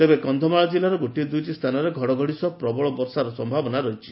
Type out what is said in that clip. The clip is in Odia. ତେବେ କକ୍ଷମାଳ ଜିଲ୍ଲାର ଗୋଟିଏ ଦୁଇଟି ସ୍ଥାନରେ ଘଡ଼ଘଡ଼ି ସହ ପ୍ରବଳ ବର୍ଷାର ସୟାବନା ରହିଛି